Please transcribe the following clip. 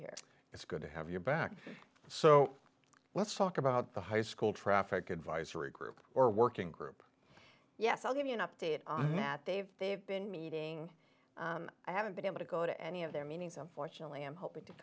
here it's good to have you back so let's talk about the high school traffic advisory group or working group yes i'll give you an update on that they've they've been meeting i haven't been able to go to any of their meetings unfortunately i'm hoping to